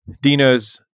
Dino's